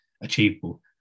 achievable